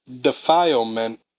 defilement